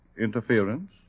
interference